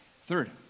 Third